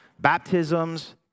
baptisms